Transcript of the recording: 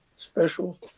Special